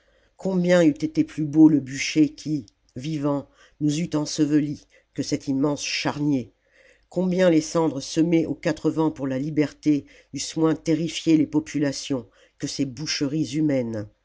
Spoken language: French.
combien eût été plus beau le bûcher qui vivants nous eût ensevelis que cet immense charnier combien les cendres semées aux quatre vents pour la liberté eussent moins terrifié les populations que ces boucheries humaines